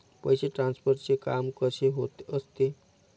पैसे ट्रान्सफरचे काम कसे होत असते?